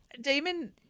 Damon